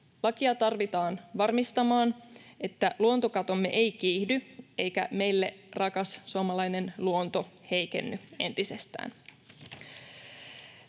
Lakia tarvitaan varmistamaan, että luontokatomme ei kiihdy eikä meille rakas suomalainen luonto heikenny entisestään.